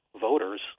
voters